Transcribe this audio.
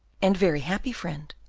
and very happy friend,